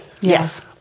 Yes